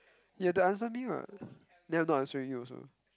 you have to answer me what then I'm not answering you also